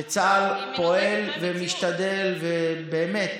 שצה"ל פועל ומשתדל ובאמת